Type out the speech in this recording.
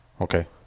Okay